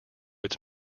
its